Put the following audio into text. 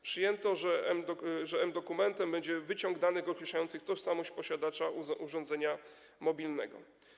Przyjęto, że mDokumentem będzie wyciąg danych określających tożsamość posiadacza urządzenia mobilnego.